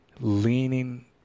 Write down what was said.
leaning